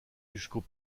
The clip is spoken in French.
jusqu’au